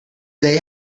they